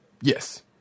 Yes